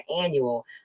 annual